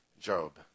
Job